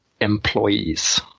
employees